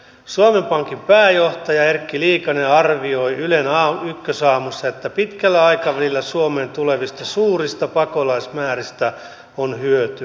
suomen pankin pääjohtaja erkki liikanen arvioi ylen ykkösaamussa että pitkällä aikavälillä suomeen tulevista suurista pakolaismääristä on hyötyä